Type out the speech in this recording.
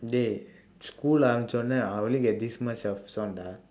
dey school ஆரம்பிச்ச உடனே:aarampichsa udanee I will only get this much of this one dah